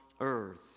earth